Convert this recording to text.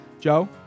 Joe